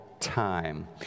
time